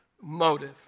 motive